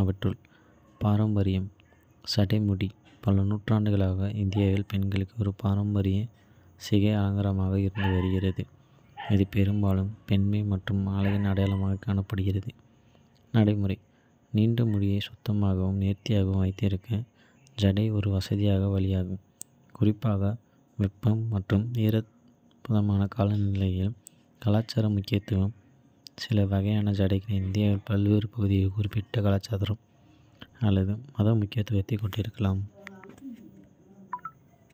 அவற்றுள். பாரம்பரியம் சடை முடி பல நூற்றாண்டுகளாக இந்தியாவில் பெண்களுக்கு ஒரு பாரம்பரிய சிகை அலங்காரமாக இருந்து வருகிறது. இது பெரும்பாலும் பெண்மை மற்றும் அழகின் அடையாளமாகக் காணப்படுகிறது. நடைமுறை நீண்ட முடியை சுத்தமாகவும் நேர்த்தியாகவும் வைத்திருக்க ஜடை ஒரு வசதியான வழியாகும், குறிப்பாக வெப்பமான மற்றும். ஈரப்பதமான காலநிலையில்.கலாச்சார முக்கியத்துவம்: சில வகையான ஜடைகள் இந்தியாவின் பல்வேறு பகுதிகளில் குறிப்பிட்ட கலாச்சார அல்லத மத முக்கியத்துவத்தைக் கொண்டிருக்கலாம்.